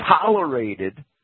tolerated